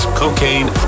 cocaine